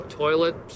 toilet